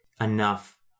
enough